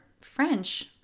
French